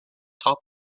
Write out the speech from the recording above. top